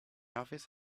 office